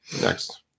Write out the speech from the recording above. Next